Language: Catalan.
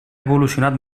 evolucionat